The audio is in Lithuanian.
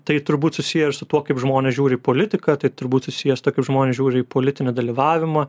tai turbūt susiję ir su tuo kaip žmonės žiūri į politiką tai turbūt susiję su tokiu žmonės žiūri į politinį dalyvavimą